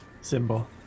symbol